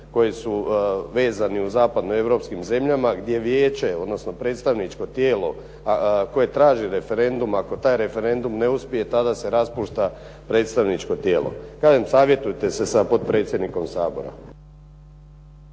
koji su vezani u zapadnoeuropskim zemljama, gdje vijeće, odnosno predstavničko tijelo koje traži referendum ako taj referendum ne uspije tada se raspušta predstavničko tijelo. Kažem, savjetujte se sa potpredsjednikom Sabora.